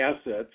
assets